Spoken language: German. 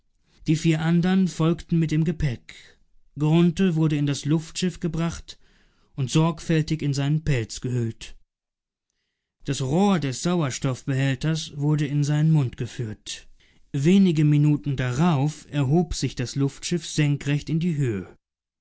die vier andern folgten mit dem gepäck grunthe wurde in das luftschiff gebracht und sorgfältig in seinen pelz gehüllt das rohr des sauerstoffbehälters wurde in seinen mund geführt wenige minuten darauf erhob sich das luftschiff senkrecht in die höhe